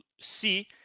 see